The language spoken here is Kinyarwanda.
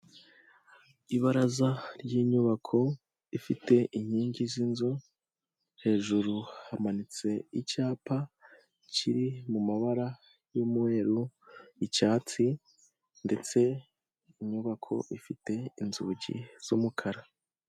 Ibaraza ry'inyubako ifite inkingi z'inzu, hejuru hamanitse icyapa, kiri mu mabara y'umweru, icyatsi ndetse inyubako ifite inzugi z'umukara.